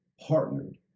partnered